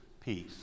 peace